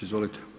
Izvolite.